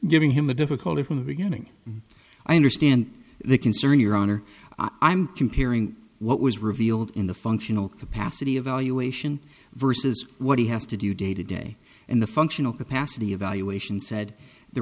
giving him a difficulty from the beginning i understand the concern your honor i'm comparing what was revealed in the functional capacity evaluation versus what he has to do day to day and the functional capacity evaluation said the